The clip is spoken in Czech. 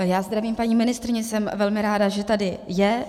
Já zdravím paní ministryni, jsem velmi ráda, že tady je.